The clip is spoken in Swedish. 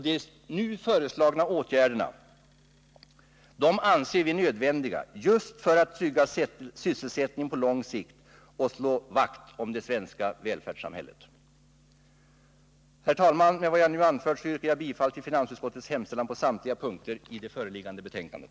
De nu föreslagna åtgärderna anser vi nödvändiga just för att trygga sysselsättningen på lång sikt och slå vakt om det svenska välfärdssamhället. Herr talman! Med vad jag nu anfört yrkar jag bifall till finansutskottets hemställan på samtliga punkter i det föreliggande betänkandet.